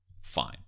Fine